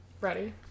ready